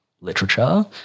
literature